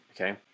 okay